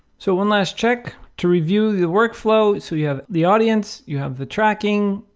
so one last check to review the workflow. so you have the audience, you have the tracking,